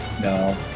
No